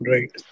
Right